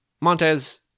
Montez